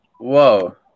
Whoa